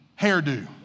hairdo